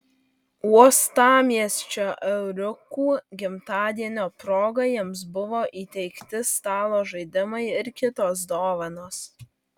uostamiesčio euriukų gimtadienio proga jiems buvo įteikti stalo žaidimai ir kitos dovanos